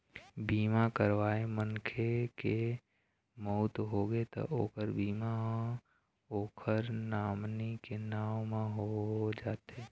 बीमा करवाए मनखे के मउत होगे त ओखर बीमा ह ओखर नामनी के नांव म हो जाथे